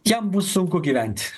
jam bus sunku gyvent